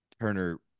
Turner